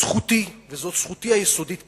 זכותי, וזאת זכותי היסודית כבן-אדם,